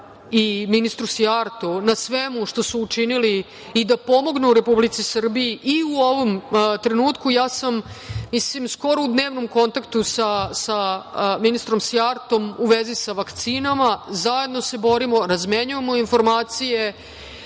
i ministru Sijartu na svemu što su učinili i da pomognu Republici Srbiji i u ovom trenutku ja sam u skoro dnevnom kontaktu sa ministrom Sijartom u vezi sa vakcinama. Zajedno se borimo, razmenjujemo informacije.